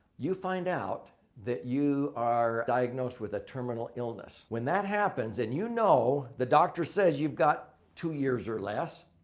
you find out that you are diagnosed with a terminal illness. when that happens and you know the doctor says you've got two years or less,